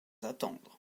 attendre